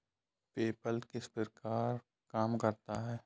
PayPal किस प्रकार काम करता है?